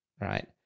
right